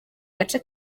gace